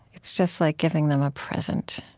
it's just like giving them a present.